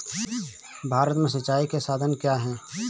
भारत में सिंचाई के साधन क्या है?